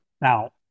Now